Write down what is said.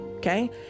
Okay